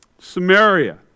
Samaria